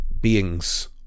beings